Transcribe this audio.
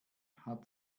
hat